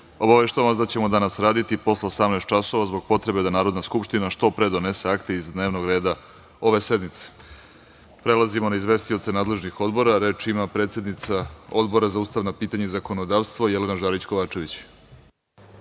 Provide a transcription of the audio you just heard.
obaveštavam vas da ćemo danas raditi posle 18.00 časova zbog potrebe da Narodna skupština što pre donese akte iz dnevnog reda ove sednice. Prelazimo na izvestioce nadležnih odbra. Reč ima predsednica Odbora za ustavna pitanja i zakonodavstvo Jelena Žarić Kovačević.